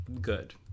good